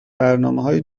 برنامههای